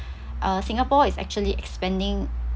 uh singapore is actually expanding